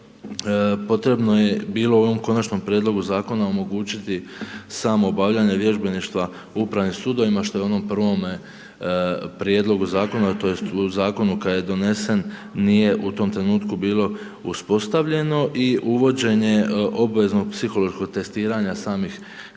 potrebno je bilo u ovom konačnom prijedlogu zakona omogućiti samo obavljanje vježbeništva u upravim sudovima što je u onome prijedlogu zakona tj. u zakonu kad je donesen, nije u tom trenutku bilo uspostavljeno i uvođenje obveznog psihološkog testiranja samih